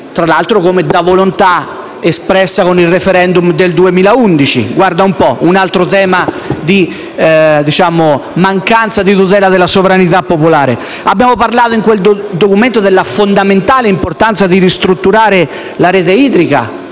tra l'altro come volontà espressa con il *referendum* del 2011. Guarda un po': un altro tema di mancanza di tutela della sovranità popolare. Abbiamo parlato in quel documento della fondamentale importanza di ristrutturare la rete idrica,